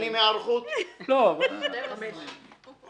חצי שנה לדעתי סביר לגמרי.